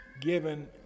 given